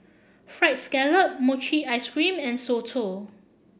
Fried Scallop Mochi Ice Cream and Soto